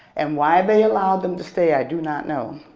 and why they allowed them to stay, i do not know,